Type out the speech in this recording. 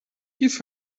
give